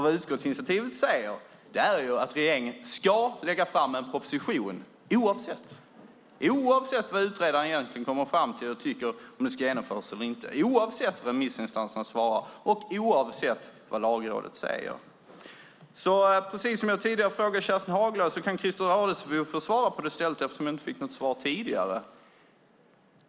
Vad utskottsinitiativet säger är att regeringen ska lägga fram en proposition oavsett vad utredaren kommer fram till, oavsett vad remissinstanserna svarar och oavsett vad Lagrådet säger. Christer Adelsbo kan kanske svara på frågan som jag tidigare ställde till Kerstin Haglö men inte fick svar på.